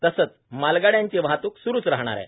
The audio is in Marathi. तसंच मालगाड्यांची वाहतूक सूरू राहणार आहे